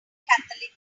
catholic